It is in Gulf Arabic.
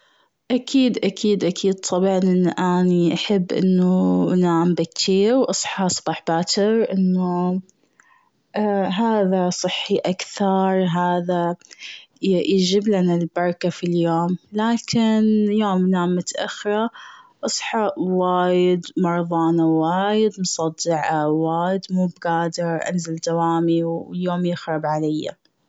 أكيد-أكيد-أكيد طبعا أني أحب أنو أنام بكير واصحى الصبح باكر أنو هذا صحي أكثر هذا ي-يجيب لنا البركة في اليوم، لكن يوم أنام متأخرة اصحى وايد مرضانة وايد مصدعة وايد موب قادرة انزل دوامي، واليوم يخرب علي.